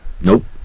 Nope